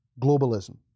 globalism